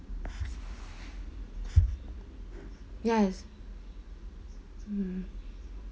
yes mm